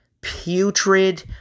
putrid